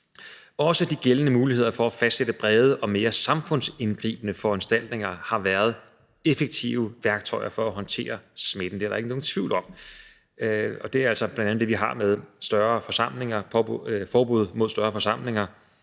Også de gældende muligheder for at fastsætte brede og mere samfundsindgribende foranstaltninger har været effektive værktøjer til at håndtere smitten. Det er der ikke nogen tvivl om. Det er bl.a. det, vi har med forbud mod større forsamlinger,